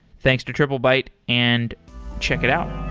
thanks to triplebyte, and check it out.